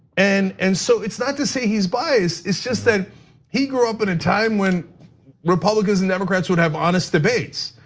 and and so it's not to say he's biased. it's just that he grew up in a time when republicans and democrats would have honest debates.